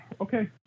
okay